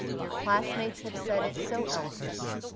your classmates have said it so eloquently!